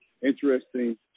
interesting